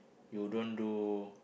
you don't do